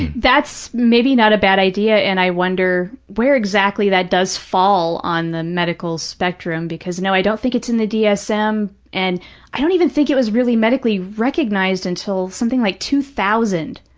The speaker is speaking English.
that's maybe not a bad idea, and i wonder where exactly that does fall on the medical spectrum, because no, i don't think it's in the dsm, and i don't even think it was really medically recognized until something like two thousand.